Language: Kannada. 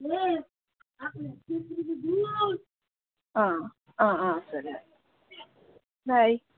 ಹಾಂ ಹಾಂ ಹಾಂ ಸರಿ ಆಯ್ತು ಬಾಯ್